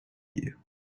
you